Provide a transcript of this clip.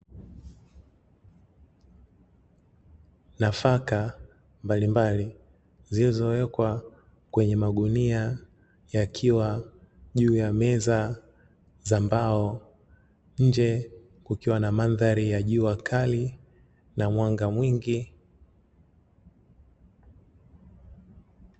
Nafaka mbalimbali zilizowekwa kwenye magunia yakiwa juu ya meza za mbao, nje kukiwa na mandhari ya jua kali na mwanga mwingi.